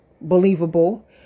believable